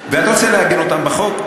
ואתה רוצה לעגן אותם בחוק.